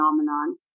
phenomenon